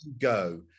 go